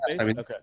okay